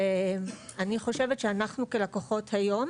ואני חושבת שאנחנו כלקוחות היום,